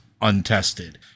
untested